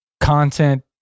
content